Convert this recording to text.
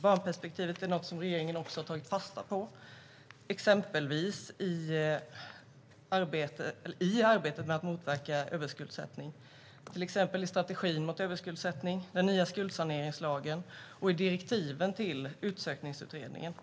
Barnperspektivet är något som regeringen också har tagit fasta på i arbetet med att motverka överskuldsättning, till exempel i strategin mot överskuldsättning, i den nya skuldsaneringslagen och i direktiven till Utsökningsutredningen.